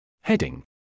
Heading